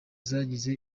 zagize